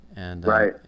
Right